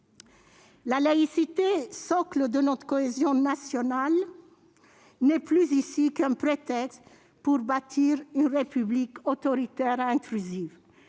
La laïcité, socle de notre cohésion nationale, n'est plus ici qu'un prétexte pour bâtir une République autoritaire et intrusive.